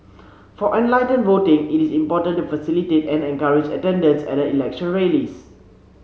for enlightened voting it is important to facilitate and encourage attendance at election rallies